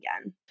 again